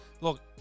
look